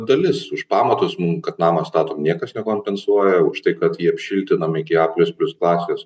dalis už pamatus mum kad namą statom niekas nekompensuoja už tai kad jį apšiltinam iki a plius plius klasės